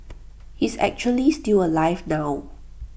he's actually still alive now